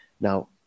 Now